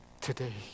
today